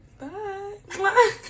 bye